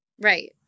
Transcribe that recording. Right